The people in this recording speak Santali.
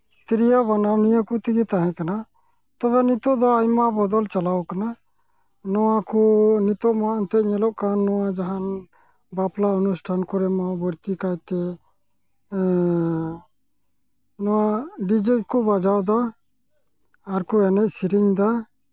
ᱛᱨᱤᱭᱳ ᱵᱟᱱᱟᱢ ᱱᱤᱭᱟᱹ ᱠᱚ ᱛᱮᱜᱮ ᱛᱟᱦᱮᱸᱠᱟᱱᱟ ᱛᱚᱵᱮ ᱱᱤᱛᱳᱜ ᱫᱚ ᱟᱭᱢᱟ ᱵᱚᱫᱚᱞ ᱪᱟᱞᱟᱣᱟᱠᱟᱱᱟ ᱱᱚᱣᱟ ᱠᱚ ᱱᱤᱛᱳᱜ ᱢᱟ ᱮᱱᱛᱮᱫ ᱧᱮᱞᱚᱜ ᱠᱟᱱ ᱱᱚᱣᱟ ᱡᱟᱦᱟᱸ ᱵᱟᱯᱞᱟ ᱚᱱᱩᱥᱴᱷᱟᱱ ᱠᱚᱨᱮ ᱱᱚᱣᱟ ᱵᱟᱹᱲᱛᱤ ᱠᱟᱭᱛᱮ ᱱᱚᱣᱟ ᱰᱤᱡᱮᱹ ᱠᱚ ᱵᱟᱡᱟᱣᱫᱟ ᱟᱨᱠᱚ ᱮᱱᱮᱡ ᱥᱤᱨᱤᱧᱫᱟ